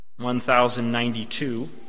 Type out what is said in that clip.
1092